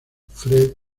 fred